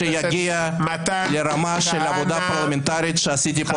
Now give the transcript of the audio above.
שיגיע לרמה של עבודה פרלמנטרית שעשיתי פה